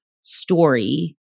story